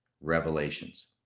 Revelations